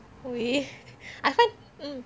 we I heard